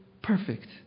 perfect